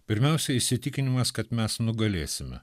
pirmiausia įsitikinimas kad mes nugalėsime